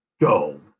go